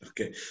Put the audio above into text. Okay